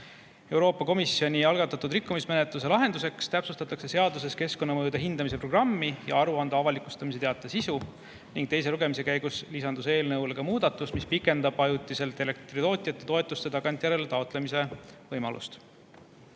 Euroopa Komisjoni algatatud rikkumismenetluse lahenduseks täpsustatakse seaduses keskkonnamõjude hindamise programmi ja aruande avalikustamise teate sisu. Teise lugemise käigus lisandus eelnõusse muudatus, mis pikendab ajutiselt elektritootjate toetuste tagantjärele taotlemise võimalust.